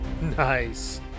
Nice